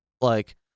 like-